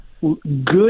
good